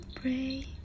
pray